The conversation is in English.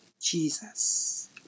Jesus